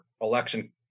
election